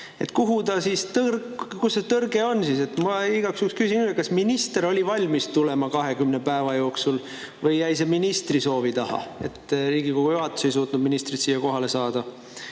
kus see tõrge on siis. Ma igaks juhuks küsin üle: kas minister oli valmis tulema 20 päeva jooksul või jäi see ministri soovi taha, et Riigikogu juhatus ei suutnud ministrit siia kohale saada?